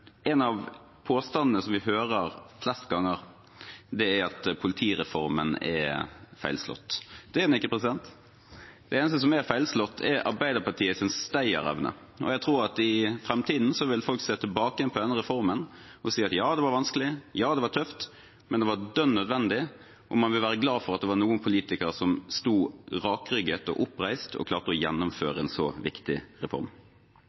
En av påstandene som vi hører flest ganger, er at politireformen er feilslått. Det er den ikke. Det eneste som er feilslått, er Arbeiderpartiets stayerevne. Jeg tror at i framtiden vil folk se tilbake på denne reformen og si at ja, det var vanskelig, ja, det var tøft, men det var dønn nødvendig, og man vil være glad for at det var noen politikere som sto rakrygget og oppreist og klarte å gjennomføre en så viktig reform.